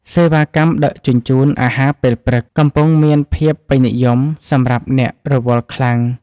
សេវាកម្មដឹកជញ្ជូនអាហារពេលព្រឹក កំពុងមានភាពពេញនិយមសម្រាប់អ្នករវល់ខ្លាំង។